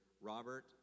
Robert